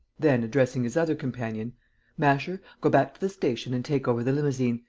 then, addressing his other companion masher, go back to the station and take over the limousine.